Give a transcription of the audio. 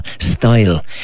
style